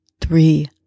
three